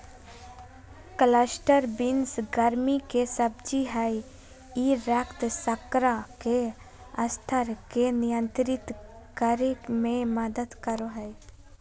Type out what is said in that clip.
cluster beans गर्मि के सब्जी हइ ई रक्त शर्करा के स्तर के नियंत्रित करे में मदद करो हइ